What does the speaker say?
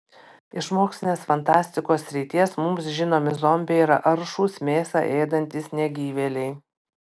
iš mokslinės fantastikos srities mums žinomi zombiai yra aršūs mėsą ėdantys negyvėliai